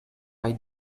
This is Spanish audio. hay